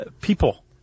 people